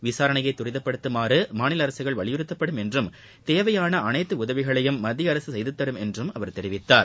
விசாரணையை துரிதப்படுத்துமாறு மாநில அரசுகள் வலியுறுத்தப்படும் என்றும் தேவையாள அனைத்து உதவிகளையும் மத்திய அரசு செய்துதரும் என்றும் அவர் தெரிவித்தார்